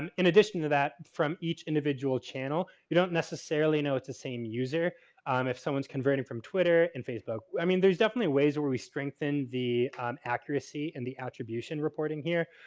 and in addition to that from each individual channel you don't necessarily know it's the same user um if someone's converting from twitter and facebook. i mean, there's definitely ways where we strengthen the accuracy and the attribution reporting here.